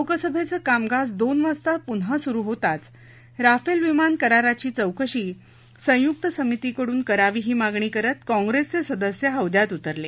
लोकसभेचं कामकाज दोन वाजता पुन्हा सुरु होताच राफेल विमान कराराची चौकशी संयुक्त समितीकडून करावी ही मागणी करत काँग्रेसचे सदस्य हौद्यात उतरले